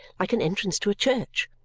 like an entrance to a church.